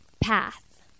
path